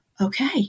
okay